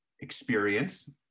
experience